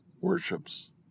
worships